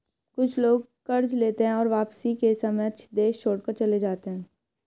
कुछ लोग कर्ज लेते हैं और वापसी के समय देश छोड़कर चले जाते हैं